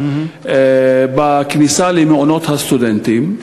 בכניסה למעונות הסטודנטים.